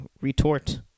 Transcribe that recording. retort